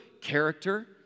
character